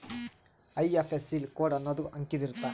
IFSC code ಅನ್ನೊಂದ್ ಅಂಕಿದ್ ಇರುತ್ತ